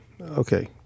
Okay